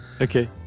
Okay